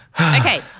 Okay